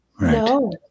No